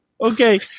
Okay